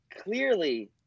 clearly